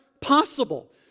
possible